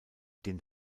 den